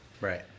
Right